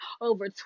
over